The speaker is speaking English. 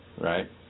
Right